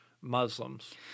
Muslims